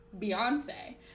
Beyonce